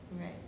Right